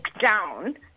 down